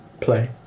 play